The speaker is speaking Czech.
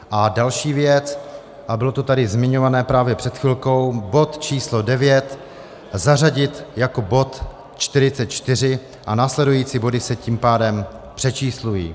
A další věc, a bylo to tady zmiňované právě před chvilkou bod číslo 9 zařadit jako bod 44 a následující body se tím pádem přečíslují.